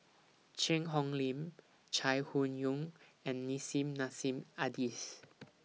Cheang Hong Lim Chai Hon Yoong and Nissim Nassim Adis